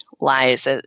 lies